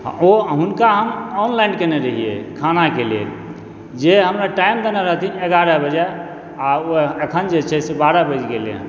ओ हुनका हम ऑनलाइन केने रहियै खानाके लेल जे हमरा टाइम देनय रहथिन एगारह बजे आ ओ अखन जे छै से बारह बाजि गेलय हँ